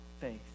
faith